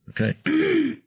Okay